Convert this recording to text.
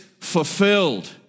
fulfilled